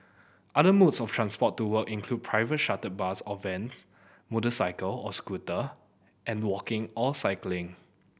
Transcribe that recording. other modes of transport to work include private chartered bus or vans motorcycle or scooter and walking or cycling